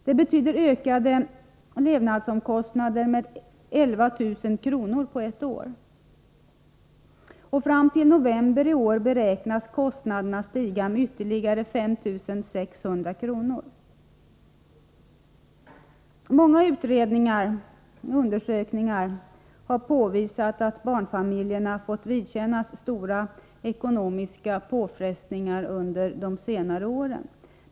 Det betyder ökade levnadsomkostnader med 11 000 kr. på ett år. Fram till november i år beräknas kostnaderna stiga med ytterligare 5 600 kr. Många utredningar och undersökningar har påvisat att barnfamiljerna fått vidkännas stora ekonomiska påfrestningar under de senare åren.